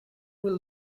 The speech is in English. will